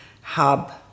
hub